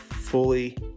fully